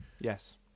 yes